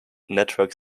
network